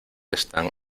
están